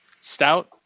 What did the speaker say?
Stout